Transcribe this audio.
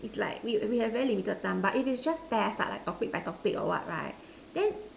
it's like we we have very limited time but if it's just test lah like topic by topic or what right then